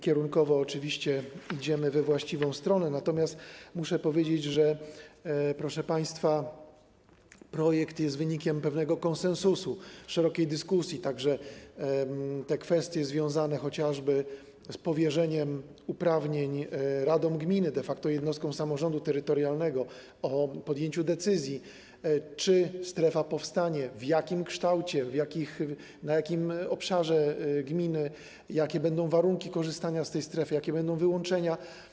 Kierunkowo oczywiście idziemy we właściwą stronę, natomiast muszę powiedzieć, że projekt jest wynikiem pewnego konsensusu, szerokiej dyskusji, także jeśli chodzi o kwestie związane chociażby z powierzeniem uprawnień radom gminy, de facto jednostkom samorządu terytorialnego, w zakresie podjęcia decyzji, czy strefa powstanie, w jakim kształcie, na jakim obszarze gminy, jakie będą warunki korzystania z tej strefy, jakie będą wyłączenia.